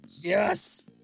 Yes